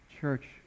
Church